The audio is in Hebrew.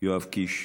יואב קיש,